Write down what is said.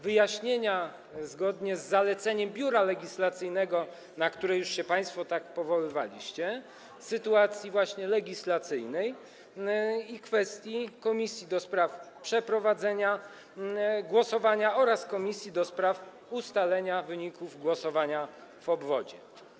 Wyjaśnienia, zgodnie z zaleceniem Biura Legislacyjnego, na które już się państwo powoływaliście, sytuacji legislacyjnej i kwestii komisji ds. przeprowadzenia głosowania oraz komisji ds. ustalenia wyników głosowania w obwodzie.